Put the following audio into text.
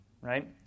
right